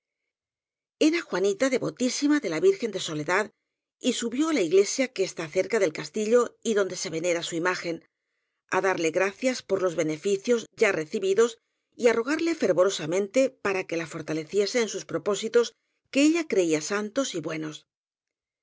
era juanita devotísima de la virgen de la sole dad y subió á la iglesia que está cerca del castillo y donde se venera su imagen á darle gracias por los beneficios ya recibidos y á rogarle fervorosamente para que la fortaleciese en sus propósitos que ella creía santos y buenos